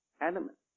element